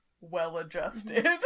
well-adjusted